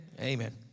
Amen